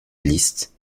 liste